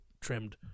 trimmed